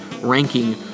ranking